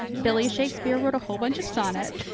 billy shakespeare wrote a whole bunch of sonnets,